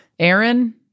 Aaron